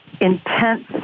intense